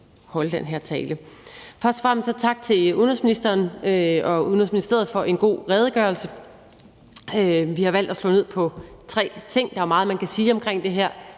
holde den her tale. Først og fremmest tak til udenrigsministeren og Udenrigsministeriet for en god redegørelse. Vi har valgt at slå ned på tre ting. Der er meget, man kan sige omkring det her.